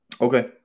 Okay